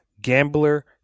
gambler